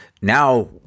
now